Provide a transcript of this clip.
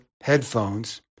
headphones